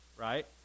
right